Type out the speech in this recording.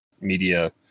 media